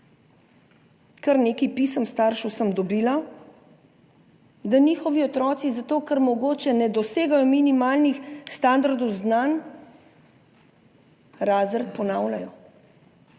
Kar nekaj pisem staršev sem dobila, da njihovi otroci, zato ker mogoče ne dosegajo minimalnih standardov znanj, razred ponavljajo.